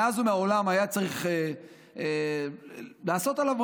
מאז ומעולם היה צריך לעשות שם,